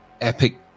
epic